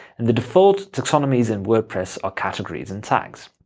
and the default taxonomies in wordpress are categories and tags.